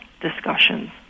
discussions